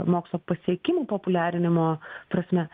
mokslo pasiekimų populiarinimo prasme